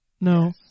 No